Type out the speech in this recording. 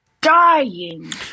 dying